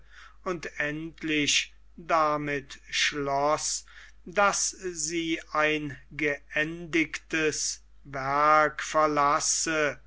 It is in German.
und endlich damit schloß daß sie ein geendigtes werk verlasse